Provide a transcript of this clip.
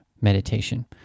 meditation